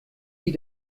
die